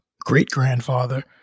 great-grandfather